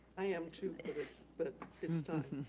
i am too but just stop.